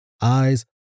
eyes